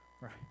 right